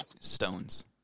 stones